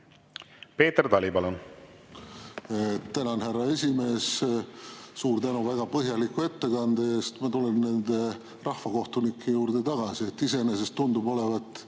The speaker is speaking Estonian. Peeter Tali, palun! Tänan, härra esimees! Suur tänu väga põhjaliku ettekande eest! Ma tulen nende rahvakohtunike juurde tagasi. Iseenesest tundub olevat